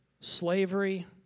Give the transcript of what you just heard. slavery